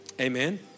Amen